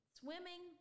swimming